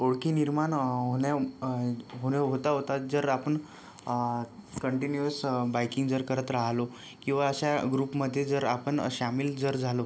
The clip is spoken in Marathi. ओळख निर्माण होण्या होणे होता होताच जर आपण कंटिन्यूअस बायकिंग जर करत राहिलो किंवा अशा ग्रुपमध्ये जर आपण सामील जर झालो